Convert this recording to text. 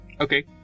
Okay